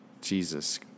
Jesus